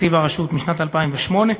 בתקציב הרשות משנת 2008,